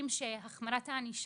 יושבת-ראש הוועדה לביטחון פנים ואנוכי,